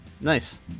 Nice